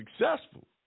successful